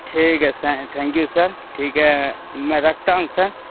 ٹھیک ہے thank you sir ٹھیک ہے میں رکھتا ہوں سر